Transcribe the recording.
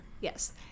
Yes